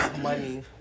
money